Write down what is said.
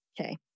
Okay